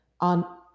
on